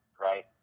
right